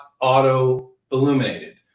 auto-illuminated